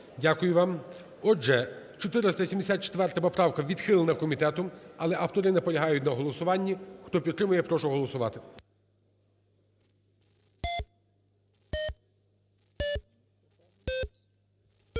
Дякую вам. Отже, 474 поправка, відхилена комітетом, але автори наполягають на голосуванні. Хто підтримує, прошу голосувати.